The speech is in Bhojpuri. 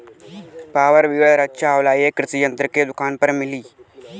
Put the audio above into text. पॉवर वीडर अच्छा होला यह कृषि यंत्र के दुकान पर मिली?